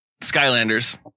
Skylanders